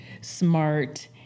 smart